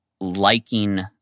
liking